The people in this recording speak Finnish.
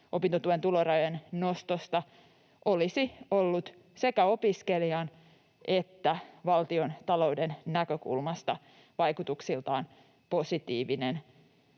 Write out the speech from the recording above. opintotuen tulorajojen nostosta olisi ollut sekä opiskelijan että valtiontalouden näkökulmasta vaikutuksiltaan positiivinen.